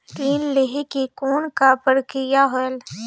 ऋण लहे के कौन का प्रक्रिया होयल?